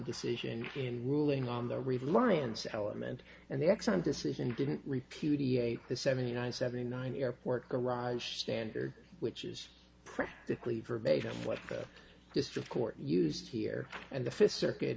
decision in ruling on the reliance element and the exxon decision didn't repudiate the seventy nine seventy nine airport garage standard which is practically verbatim what the district court used here and the fifth circuit